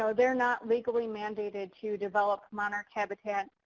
so they're not legally mandated to develop monarch habitat.